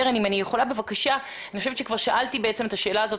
אם אני יכולה - אני חושבת שכבר שאלתי את השאלה הזאת